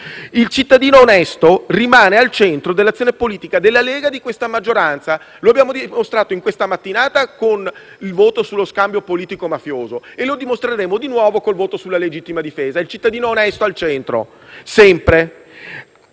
Il cittadino onesto rimane al centro dell'azione politica della Lega e di questa maggioranza. Lo abbiamo dimostrato in questa mattinata con il voto sullo scambio politico-mafioso e lo dimostreremo di nuovo con il voto sulla legittima difesa: il cittadino onesto al centro, sempre.